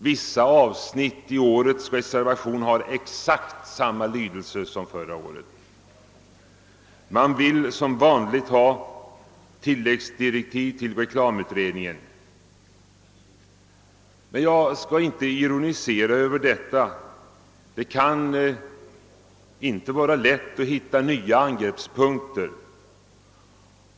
Vissa avsnitt i årets reservation har exakt samma lydelse som förra året. Man vill som vanligt ha tilläggsdirektiv till reklamutredningen, men jag skall inte ironisera över detta. Det kan inte vara lätt att hitta nya angreppspunkter.